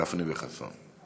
גפני וחסון.